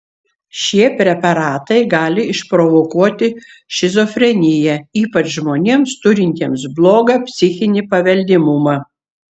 šie preparatai gali išprovokuoti šizofreniją ypač žmonėms turintiems blogą psichinį paveldimumą